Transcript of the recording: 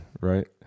right